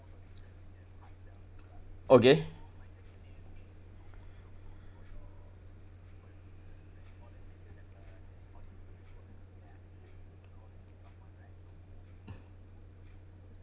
okay